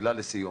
שאלה לסיום